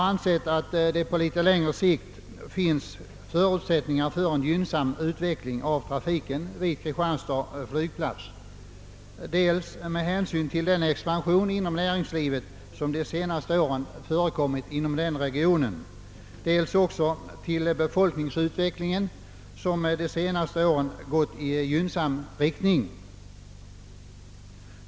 Det bör på längre sikt finnas förutsättningar för en gynnsam utveckling av trafiken vid flygplatsen dels med hänsyn till den expansion näringslivet inom denna region har uppvisat under de senaste åren, dels med hänsyn till befolkningsutvecklingen som på senare tid gått i gynnsam riktning.